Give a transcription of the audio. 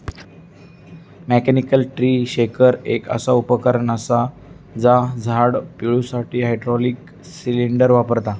mechanical tree shaker एक असा उपकरण असा जा झाड पिळुसाठी हायड्रॉलिक सिलेंडर वापरता